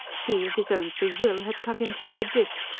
he, of his own free will, had cut himself adrift,